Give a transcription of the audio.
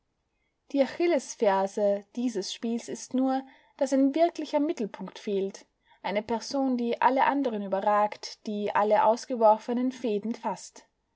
die achillesferse dieses spiels ist nur daß ein wirklicher mittelpunkt fehlt eine person die alle anderen überragt die alle ausgeworfenen fäden faßt